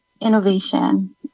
innovation